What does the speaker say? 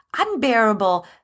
unbearable